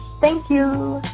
thank you.